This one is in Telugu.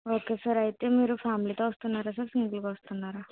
ఓకే సార్ అయితే మీరు ఫ్యామిలీ తో వస్తున్నారా సార్ సింగిల్ గా వస్తున్నారా